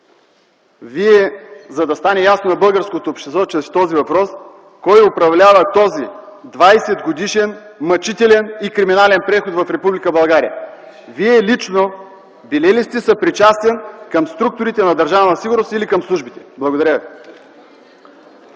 е, за да стане ясно на българския народ чрез този въпрос кой управлява този 20-годишен мъчителен и криминален преход в Република България. Вие лично били ли сте съпричастен към структурите на Държавна сигурност или към службите? Благодаря ви.